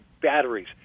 batteries